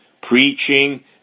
preaching